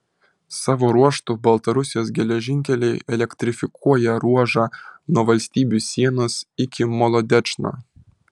savo ruožtu baltarusijos geležinkeliai elektrifikuoja ruožą nuo valstybių sienos iki molodečno